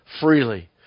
freely